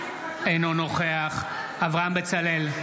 אינו נוכח אברהם בצלאל,